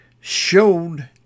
showed